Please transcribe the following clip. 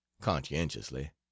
conscientiously